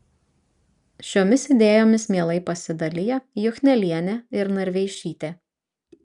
šiomis idėjomis mielai pasidalija juchnelienė ir narveišytė